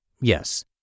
Yes